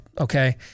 Okay